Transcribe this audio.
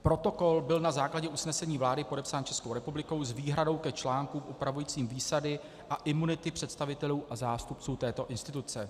Protokol byl na základě usnesení vlády podepsán Českou republikou s výhradou k článkům upravujícím výsady a imunity představitelů a zástupců této instituce.